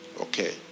Okay